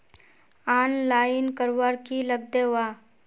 Online करवार की लगते वा?